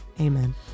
Amen